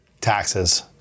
taxes